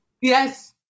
yes